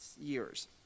years